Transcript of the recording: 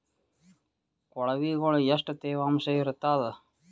ಕೊಳವಿಗೊಳ ಎಷ್ಟು ತೇವಾಂಶ ಇರ್ತಾದ?